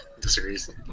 disagrees